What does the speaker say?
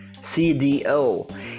cdo